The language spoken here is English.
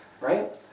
right